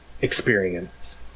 experience